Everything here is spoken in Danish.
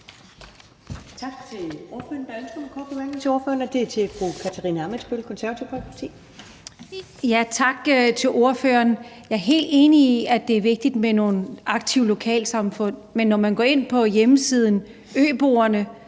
Tak til ordføreren. Jeg er helt enig i, at det er vigtigt med nogle aktive lokalsamfund, men når man går ind på hjemmesiden for øboerne,